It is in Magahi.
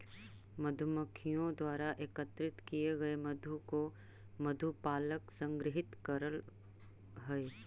मधुमक्खियों द्वारा एकत्रित किए गए मधु को मधु पालक संग्रहित करअ हई